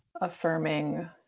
affirming